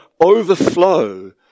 overflow